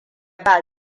ba